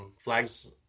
flags